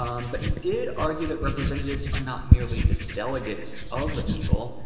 um but he did argue that representatives are not merely the delegates of the people,